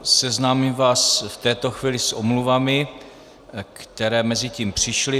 Seznámím vás v této chvíli s omluvami, které mezitím přišly.